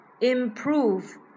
improve